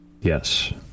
Yes